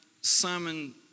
Simon